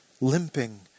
Limping